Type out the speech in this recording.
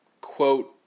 quote